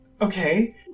Okay